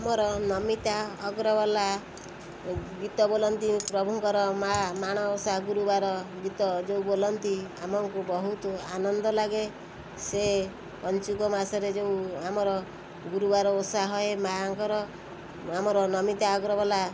ଆମର ନମିତା ଅଗ୍ରୱାଲ ଗୀତ ବୋଲନ୍ତି ପ୍ରଭୁଙ୍କର ମା ମାଣବସା ଗୁରୁବାର ଗୀତ ଯେଉଁ ବୋଲନ୍ତି ଆମକୁ ବହୁତ ଆନନ୍ଦ ଲାଗେ ସେ ପଞ୍ଚୁକ ମାସରେ ଯେଉଁ ଆମର ଗୁରୁବାର ଓଷା ହୁଏ ମାଁଙ୍କର ଆମର ନମିତା ଅଗ୍ରୱାଲ